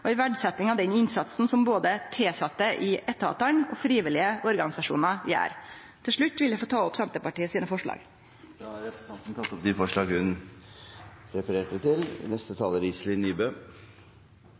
og om ei verdsetjing av den innsatsen som både tilsette i etatane og frivillige organisasjonar gjer. Til slutt vil eg ta opp forslaga frå Senterpartiet. Representanten Jenny Klinge har tatt opp de forslagene hun refererte til.